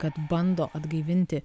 kad bando atgaivinti